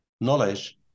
knowledge